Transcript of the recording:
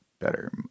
better